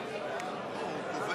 נתקבלה.